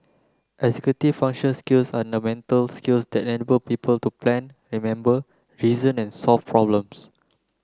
executive function skills are the mental skills that enable people to plan remember reason and solve problems